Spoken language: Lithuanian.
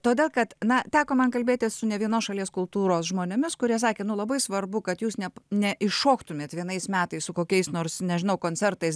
todėl kad na teko man kalbėtis su ne vienos šalies kultūros žmonėmis kurie sakė nu labai svarbu kad jūs ne neiššoktumėt vienais metais su kokiais nors nežinau koncertais